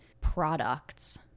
products